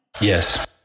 Yes